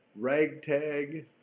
ragtag